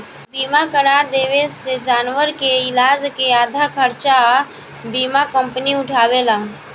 बीमा करा देवे से जानवर के इलाज के आधा खर्चा बीमा कंपनी उठावेला